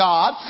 God